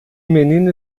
menino